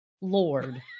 Lord